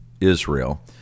Israel